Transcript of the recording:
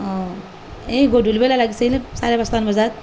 অঁ এই গধূলিবেলা লাগিছিল চাৰে পাঁচটামান বজাত